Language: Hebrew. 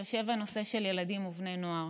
יושב הנושא של ילדים ובני נוער.